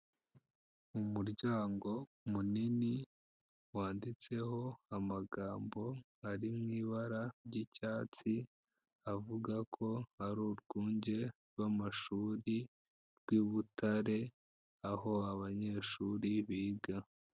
Mu muryango munini wanditseho amagambo ari mu ibara ry'icyatsi avuga ko ari urwunge rw'amashuri rw'i Butare aho abanyeshuri biga.